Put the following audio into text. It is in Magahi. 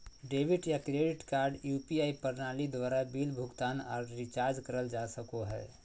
डेबिट या क्रेडिट कार्ड यू.पी.आई प्रणाली द्वारा बिल भुगतान आर रिचार्ज करल जा सको हय